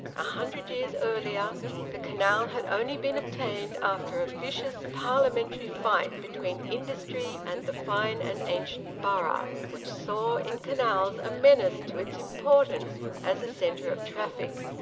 a hundred years earlier the canal had only been obtained after a vicious parliamentary fight between industry and the fine and ancient borough, which saw in canals a menace to its importance as a centre of traffic.